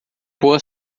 boa